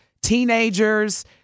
teenagers